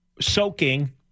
soaking